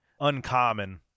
uncommon